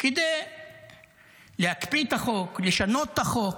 כדי להקפיא את החוק, לשנות את החוק,